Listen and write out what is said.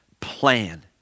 plan